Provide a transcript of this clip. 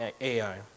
Ai